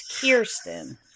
Kirsten